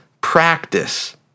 practice